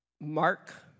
mark